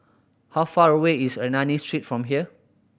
how far away is Ernani Street from here